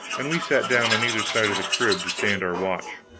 and we sat down on either side of the crib to stand our watch.